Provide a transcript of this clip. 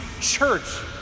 church